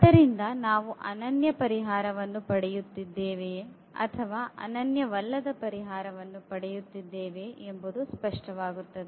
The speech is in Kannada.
ಅದರಿಂದ ನಾವು ಅನನ್ಯ ಪರಿಹಾರವನ್ನು ಪಡೆಯುತ್ತಿದ್ದೇವೆಯೇ ಅಥವಾ ಅನನ್ಯವಲ್ಲದ ಪರಿಹಾರವನ್ನು ಪಡೆಯುತ್ತಿದ್ದೇವೆಯೇ ಎಂಬುದು ಸ್ಪಷ್ಟವಾಗುತ್ತದೆ